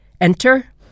Enter